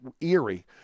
eerie